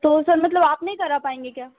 तो सर मतलब आप नहीं करा पाएँगे क्या